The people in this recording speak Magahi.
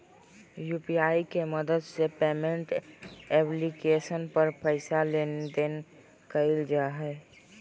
यु.पी.आई के मदद से पेमेंट एप्लीकेशन पर पैसा लेन देन कइल जा हइ